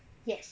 yes